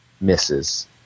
misses